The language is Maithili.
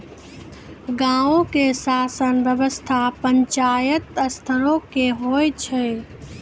गांवो के शासन व्यवस्था पंचायत स्तरो के होय छै